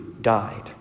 died